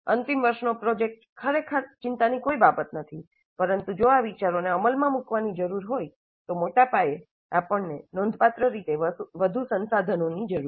અંતિમ વર્ષનો પ્રોજેક્ટ ખરેખર ચિંતાની કોઈ બાબત નથી પરંતુ જો આ વિચારોને અમલમાં મૂકવાની જરૂર હોય તો મોટા પાયે આપણને નોંધપાત્ર રીતે વધુ સંસાધનોની જરૂર છે